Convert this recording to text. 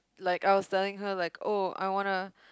like I was telling her like oh I wanna